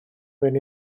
beth